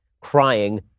crying